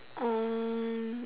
uh